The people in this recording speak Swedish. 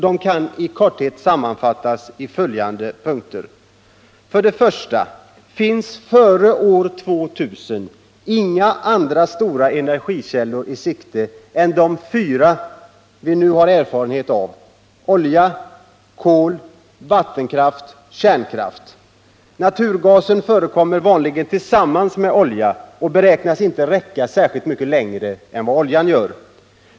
De kan i korthet sammanfattas i följande punkter: För det första finns före år 2000 inga andra stora energikällor i sikte än de fyra vi nu har erfarenhet av — olja, kol, vattenkraft och kärnkraft. Naturgasen förekommer vanligen tillsammans med oljan och beräknas inte räcka längre än denna.